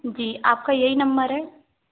जी आपका यही नंबर है